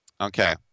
okay